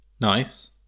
Nice